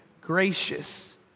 gracious